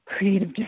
creative